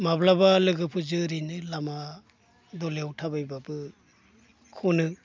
माब्लाबा लोगोफोरजो ओरैनो लामा दलायाव थाबायब्लाबो खनो